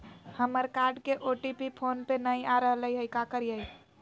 हमर कार्ड के OTP phone पे नई आ रहलई हई, का करयई?